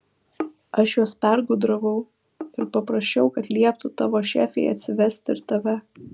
aš juos pergudravau ir paprašiau kad lieptų tavo šefei atsivesti ir tave